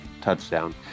touchdown